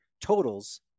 totals